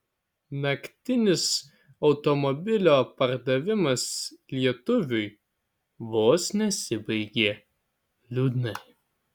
naktinis automobilio pardavimas lietuviui vos nesibaigė liūdnai